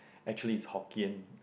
actually is Hokkien